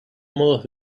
modos